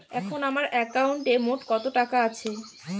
এখন আমার একাউন্টে মোট কত টাকা আছে?